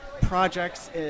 projects